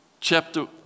chapter